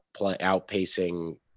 outpacing